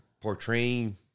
portraying